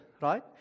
right